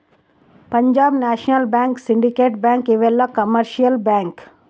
Punjab national bank syndicate bank ಇವೆಲ್ಲ commercial bank